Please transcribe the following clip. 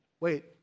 Wait